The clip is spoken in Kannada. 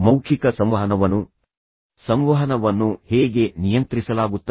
ಮೌಖಿಕ ಸಂವಹನವನ್ನು ಸಂವಹನವನ್ನು ಹೇಗೆ ನಿಯಂತ್ರಿಸಲಾಗುತ್ತದೆ